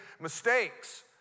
mistakes